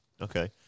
okay